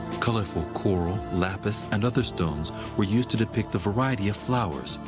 colorful choral, lapis, and other stones were used to depict a variety of flowers,